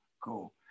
cool